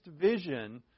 vision